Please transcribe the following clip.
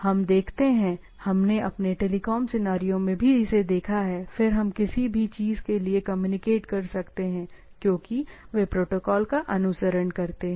हम देखते हैं हमने अपने टेलीकॉम सिनेरियो में भी इसे देखा है फिर हम किसी भी चीज़ के लिए कम्युनिकेट कर सकते हैं क्योंकि वे प्रोटोकॉल का अनुसरण करते हैं